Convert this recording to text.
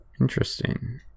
Interesting